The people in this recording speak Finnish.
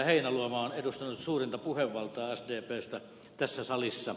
heinäluoma on edustanut suurinta puhevaltaa sdpstä tässä salissa